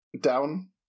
Down